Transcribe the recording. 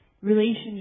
relationship